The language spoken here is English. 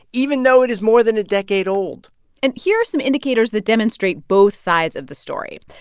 even though it is more than a decade old and here are some indicators that demonstrate both sides of the story.